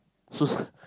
shoes